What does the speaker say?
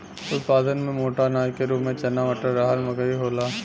उत्पादन में मोटा अनाज के रूप में चना मटर, रहर मकई होला